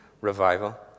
revival